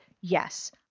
yes